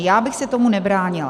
Já bych se tomu nebránila.